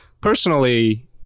personally